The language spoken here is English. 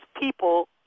people